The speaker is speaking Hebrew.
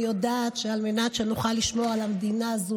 אני יודעת שעל מנת שנוכל לשמור על המדינה הזו,